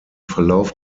verlauf